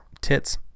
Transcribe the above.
tits